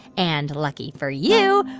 and lucky for you,